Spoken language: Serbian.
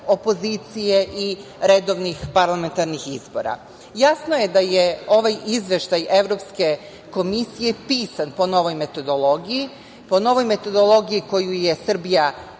opozicije i redovnih parlamentarnih izbora. Jasno je da je ovaj Izveštaj Evropske komisije pisan po novoj metodologiji, po novoj metodologiji koju je Srbija